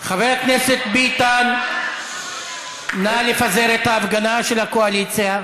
חבר הכנסת ביטן, נא לפזר את ההפגנה של הקואליציה.